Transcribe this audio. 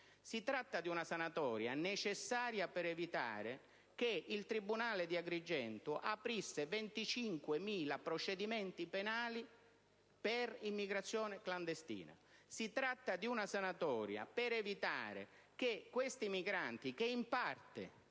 Si tratta di una sanatoria resasi necessaria per evitare che il tribunale di Agrigento aprisse 25.000 procedimenti penali per immigrazione clandestina. Si tratta di una sanatoria per evitare che questi migranti, che in parte